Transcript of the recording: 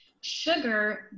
sugar